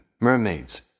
mermaids